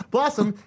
Blossom